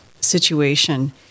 situation